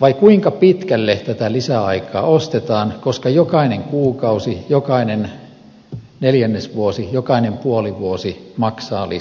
vai kuinka pitkälle tätä lisäaikaa ostetaan koska jokainen kuukausi jokainen neljännesvuosi jokainen puolivuosi maksaa lisää